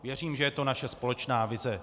Věřím, že je to naše společná vize.